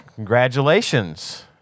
Congratulations